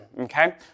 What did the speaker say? okay